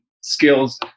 skills